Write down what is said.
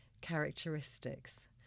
characteristics